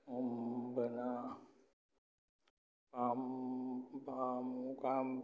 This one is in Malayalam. പിന്നെ